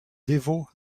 dévot